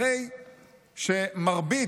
הרי שמרבית,